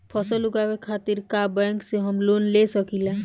फसल उगावे खतिर का बैंक से हम लोन ले सकीला?